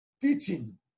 teaching